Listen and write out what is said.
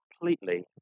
completely